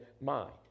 mind